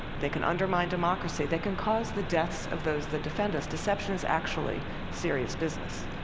they can undermine democracy, they can cause the deaths of those that defend us. deception is actually serious business.